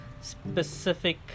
specific